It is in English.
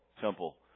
temple